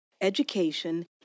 Education